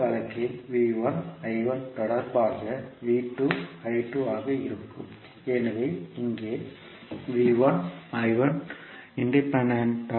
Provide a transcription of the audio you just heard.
இந்த வழக்கில் தொடர்பாக ஆக இருக்கும் எனவே இங்கே சுயாதீனமானது டிபெண்டன்ட்